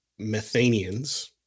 Methanians